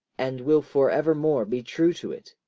and will for evermore be true to it.